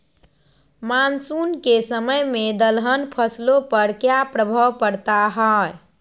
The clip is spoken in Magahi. मानसून के समय में दलहन फसलो पर क्या प्रभाव पड़ता हैँ?